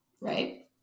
Right